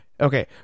Okay